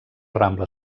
rambla